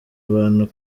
abantu